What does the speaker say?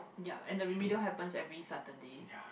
yup and the remedial happens every Saturday